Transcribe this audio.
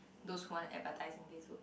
those who aren't advertising this would